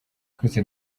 twese